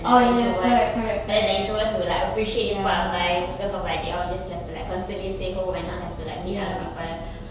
introverts but then the introverts will like appreciate this point of time because of like they all just have to like constantly stay home and not have to like meet other people